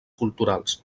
culturals